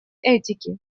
этики